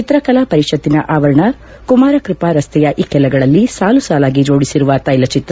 ಚಿತ್ರಕಲಾ ಪರಿಷತ್ತಿನ ಆವರಣ ಕುಮಾರ ಕೃಪಾ ರಸ್ತೆಯ ಇಕ್ಕೆಲಗಳಲ್ಲಿ ಸಾಲು ಸಾಲಾಗಿ ಜೋಡಿಸಿರುವ ತೈಲಚಿತ್ರ